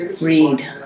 Read